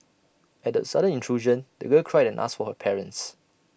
at the sudden intrusion the girl cried and asked for her parents